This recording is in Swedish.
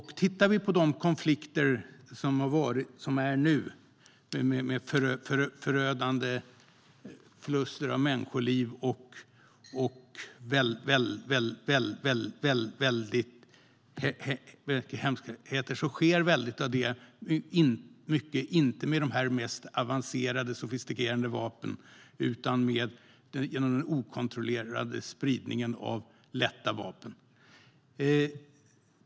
Många av de konflikter som nu sker med förödande förluster av människoliv och hemskheter sker inte med de mest avancerade och sofistikerade vapnen utan på grund av den okontrollerade spridningen av lätta vapen.